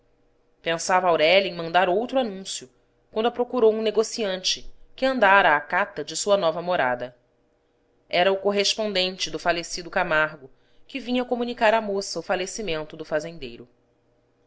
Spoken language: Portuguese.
pensava aurélia em mandar outro anúncio quando a procurou um negociante que andara à cata de sua nova morada era o correspondente do falecido camargo que vinha comunicar à moça o falecimento do fazendeiro